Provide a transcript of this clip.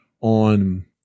on